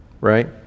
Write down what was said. right